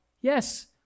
yes